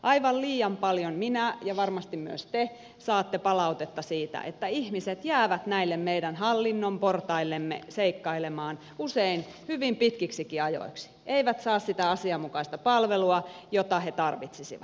aivan liian paljon minä ja varmasti myös te saan palautetta siitä että ihmiset jäävät näille meidän hallinnon portaillemme seikkailemaan usein hyvin pitkiksikin ajoiksi eivät saa sitä asianmukaista palvelua jota he tarvitsisivat